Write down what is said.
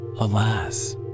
Alas